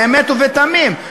באמת ובתמים,